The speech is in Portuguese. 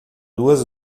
duas